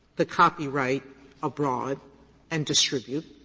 the copyright abroad and distribute.